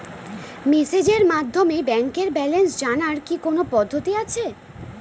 মেসেজের মাধ্যমে ব্যাংকের ব্যালেন্স জানার কি কোন পদ্ধতি আছে?